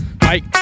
Mike